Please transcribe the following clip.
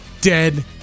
dead